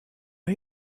are